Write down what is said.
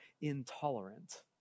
intolerant